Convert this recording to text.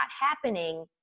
happening